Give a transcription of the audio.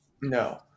No